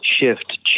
shift